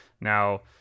Now